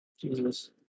Jesus